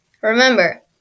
Remember